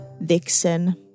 Vixen